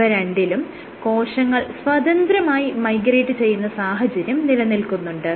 ഇവ രണ്ടിലും കോശങ്ങൾ സ്വതന്ത്രമായി മൈഗ്രേറ്റ് ചെയ്യുന്ന സാഹചര്യം നിലനിൽക്കുന്നുണ്ട്